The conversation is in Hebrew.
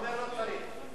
אתה אומר: לא צריך.